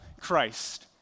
Christ